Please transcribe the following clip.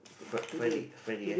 Fri~ Friday Friday eh